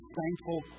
thankful